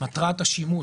מטרת השימוש,